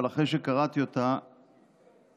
אבל אחרי שקראתי אותה